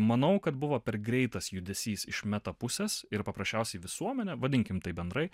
manau kad buvo per greitas judesys iš meta pusės ir paprasčiausiai visuomenė vadinkim tai bendrai